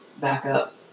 backup